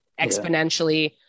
exponentially